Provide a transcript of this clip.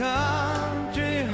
country